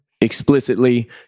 explicitly